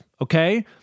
Okay